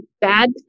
bad